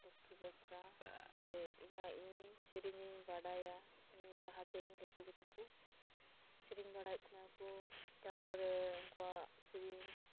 ᱞᱚᱠᱷᱤ ᱵᱮᱥᱨᱟ ᱥᱮ ᱤᱧᱟᱹᱜ ᱤᱧ ᱥᱮᱨᱮᱧᱤᱧ ᱵᱟᱰᱟᱭᱟ ᱤᱧ ᱞᱟᱦᱟᱛᱮ ᱤᱧ ᱞᱟᱹᱴᱩ ᱜᱚ ᱛᱟᱠᱚ ᱥᱮᱨᱮᱧ ᱵᱟᱲᱟᱭᱮᱫ ᱛᱟᱦᱮᱱᱟ ᱠᱚ ᱛᱟᱨᱯᱚᱨᱮ ᱩᱱᱠᱩᱣᱟᱜ ᱥᱮᱨᱮᱧ